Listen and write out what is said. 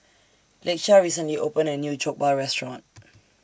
Lakeshia recently opened A New Jokbal Restaurant